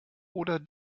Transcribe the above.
oder